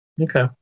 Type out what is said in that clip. Okay